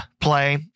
play